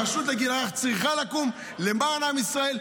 הרשות לגיל הרך צריכה לקום למען עם ישראל,